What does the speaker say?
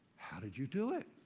how did you do it?